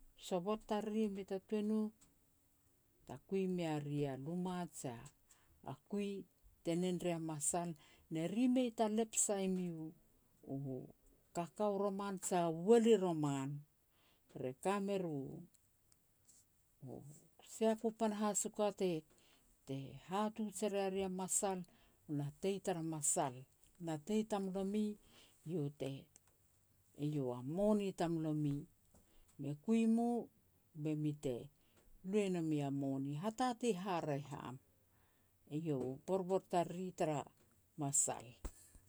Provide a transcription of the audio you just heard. Sovot tariri mei ta tuan u, ta kui mea ri a luma jia a kui te nen ria masal, ne ri mei ta lep sai miu u kakao roman jia uel i roman. Re ka meru u sia ku panahas u ka te hatuj e ria ri a masal, natei tara masal. Natei tamlomi, iau te, iau a moni tamlomi. Me kui mu be mi te lui e nomi a moni, hatatei haraeh am. Eiau u borbor tariri tara masal.